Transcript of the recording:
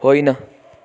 होइन